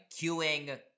queuing